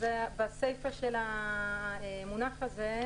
בסייפה של המונח הזה,